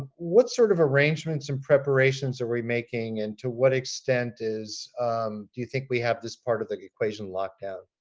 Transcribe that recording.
what sort of arrangements and preparations are we making and to what extent do you think we have this part of the equation locked down?